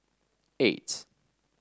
eight